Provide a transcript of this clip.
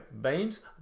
beams